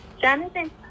Jonathan